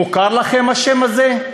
מוכר לכם השם הזה?